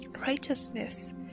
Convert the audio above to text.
Righteousness